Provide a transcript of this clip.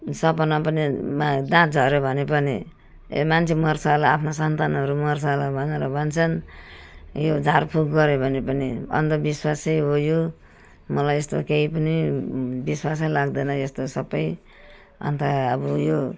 सपना पनि मा दाँत झऱ्यो भने पनि ए मान्छे मर्छ होला आफ्नो सन्तानहरू मर्छ होला भनेर भन्छन् यो झारफुर गऱ्यो भने पनि अन्धविश्वासै हो यो मलाई यस्तो केही पनि विश्वासै लाग्दैन यस्तो सबै अन्त अब यो